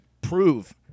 prove